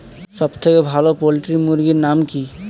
সবথেকে ভালো পোল্ট্রি মুরগির নাম কি?